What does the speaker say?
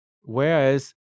whereas